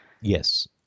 yes